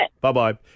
Bye-bye